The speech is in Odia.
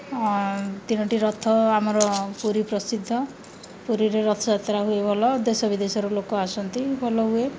ତିନୋଟି ରଥ ଆମର ପୁରୀ ପ୍ରସିଦ୍ଧ ପୁରୀରେ ରଥଯାତ୍ରା ହୁଏ ଭଲ ଦେଶ ବିଦେଶରୁ ଲୋକ ଆସନ୍ତି ଭଲ ହୁଏ